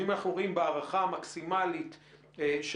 אם אנחנו אומרים בהערכה המקסימלית של